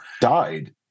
died